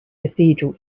cathedral